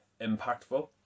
impactful